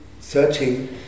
searching